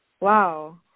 Wow